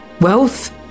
Wealth